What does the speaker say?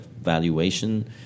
valuation